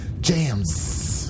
Jams